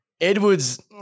Edwards –